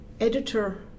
editor